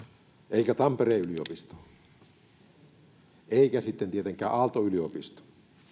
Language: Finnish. eikä tampereen yliopisto eikä sitten tietenkään aalto yliopisto